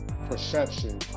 perception